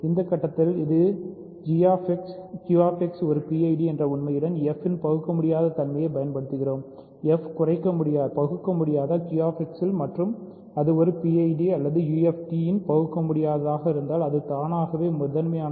இந்த கட்டத்தில் Q x ஒரு PID என்ற உண்மையுடன் f இன் பகுக்கமுடியாத தன்மையைப் பயன்படுத்துகிறோம் f f குறைக்க முடியாதது QX இல் மற்றும் இது ஒரு PID அல்லது UFD இல் பகுக்கமுடியாததாக இருந்தால் அது தானாகவே முதன்மையானது